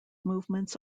movements